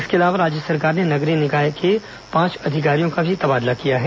इसके अलावा राज्य सरकार ने नगरीय निकाय के पांच अधिकारियों का भी तबादला किया है